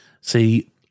See